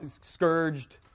Scourged